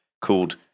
called